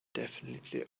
definitely